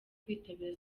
kwitabira